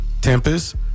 Tempest